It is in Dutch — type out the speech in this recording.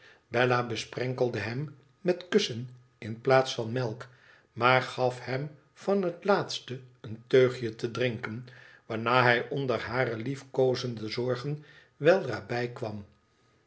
bella besprenkelde hem met kussen in plaats van met melk maar gaf hem van het laatste een teugje te drinken waarna hij onder hare liefkoozende zorgen weldra bijkwam